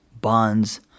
bonds